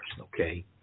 okay